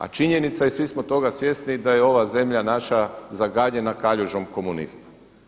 A činjenica je i svi smo toga svjesni da je ova zemlja naša zagađena kaljužom komunizma.